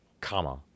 comma